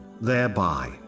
thereby